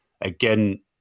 Again